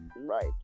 right